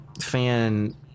fan